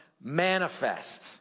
manifest